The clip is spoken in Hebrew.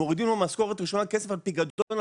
מורידים לו במשכורת הראשונה כסף על פיקדון על